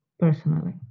Personally